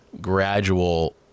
gradual